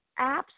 apps